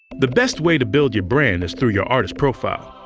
the best way to build your brand is through your artist profile.